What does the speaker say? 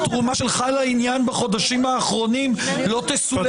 התרומה שלך לעניין בחודשים האחרונים לא תסולא בפז.